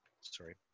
sorry